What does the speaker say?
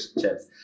chips